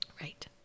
Right